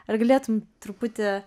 ar galėtum truputį